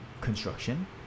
construction